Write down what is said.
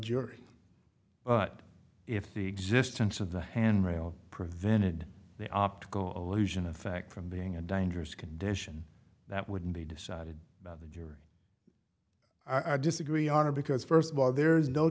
jury but if the existence of the handrail prevented the optical illusion of fact from being a dangerous condition that wouldn't be decided by the jury i disagree are because first of all there is no